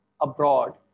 abroad